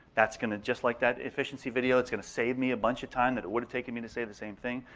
that's going to just like that, efficiency video, it's going to save me a bunch of time that it would taken me to say the same thing.